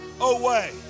away